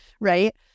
right